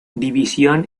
división